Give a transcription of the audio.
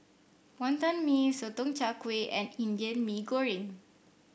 Wantan Mee Sotong Char Kway and Indian Mee Goreng